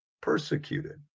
persecuted